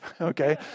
okay